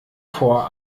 vor